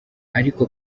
ariko